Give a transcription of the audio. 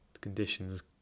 conditions